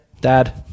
Dad